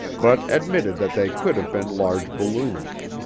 but admitted that they could have been large balloons.